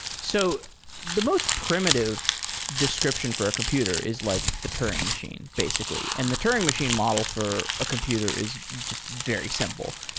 so the most primitive description for a computer is like the turing machine, basically. and the turing machine model for a computer is just very simple.